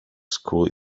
school